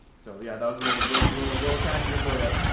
so, yeah, that was a little, little, little, little tangent for yeah